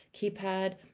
keypad